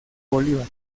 bolívar